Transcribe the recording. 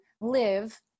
live